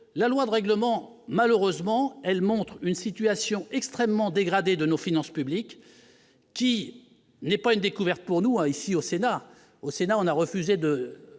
la loi de règlement, malheureusement, elle montre une situation extrêmement dégradée de nos finances publiques qui n'est pas une découverte pour nous a ici au Sénat au sénat on a refusé de